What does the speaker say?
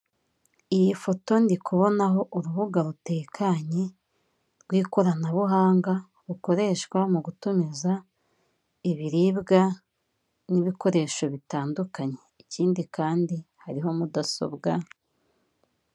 Iyi foto ndikubonaho urubuga rutekanye, rw'ikoranabuhanga rukoreshwa mu gutumiza ibiribwa n'ibikoresho bitandukanye. Ikindi kandi hariho mudasobwa.